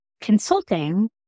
consulting